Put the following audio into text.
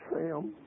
Sam